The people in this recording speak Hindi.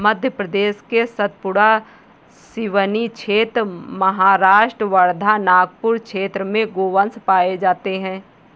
मध्य प्रदेश के सतपुड़ा, सिवनी क्षेत्र, महाराष्ट्र वर्धा, नागपुर क्षेत्र में गोवंश पाये जाते हैं